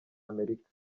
amerika